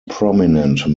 prominent